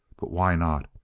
but why not?